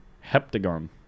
Heptagon